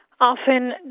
Often